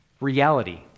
reality